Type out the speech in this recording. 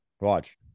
Watch